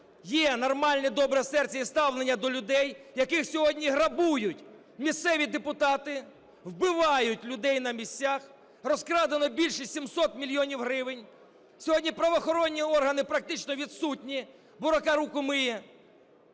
є нормальне добре серце і ставлення до людей, яких сьогодні грабують місцеві депутати, вбивають людей на місцях, розкрадено більше 700 мільйонів гривень… Сьогодні правоохоронні органи практично відсутні, бо "рука руку миє".